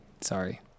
Sorry